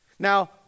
Now